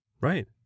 Right